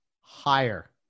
Higher